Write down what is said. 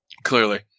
Clearly